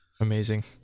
Amazing